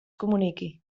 comuniqui